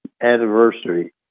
anniversary